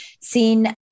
seen